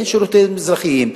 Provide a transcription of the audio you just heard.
אין שירותים אזרחיים,